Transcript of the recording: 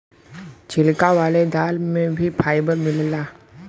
छिलका वाले दाल में भी फाइबर मिलला